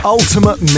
Ultimate